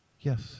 Yes